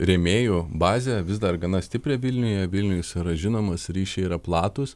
rėmėjų bazę vis dar gana stiprią vilniuje vilniuj jis yra žinomas ryšiai yra platūs